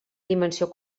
dimensió